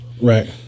Right